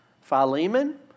Philemon